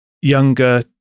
younger